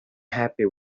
happy